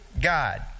God